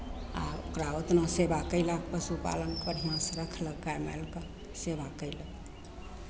आ ओकरा उतना सेवा कयलक पशु पालन बढ़िआँसँ रखलका मालके सेवा कयलक